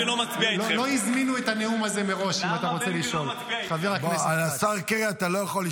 כי במקרה הייתי כאן ואני השר היחיד במליאה.